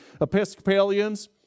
Episcopalians